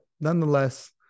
nonetheless